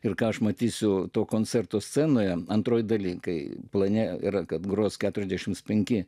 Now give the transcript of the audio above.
ir ką aš matysiu to koncerto scenoje antroje daly kai plane ir kad gros keturiasdešimt penki